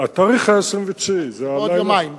עוד יומיים.